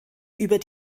über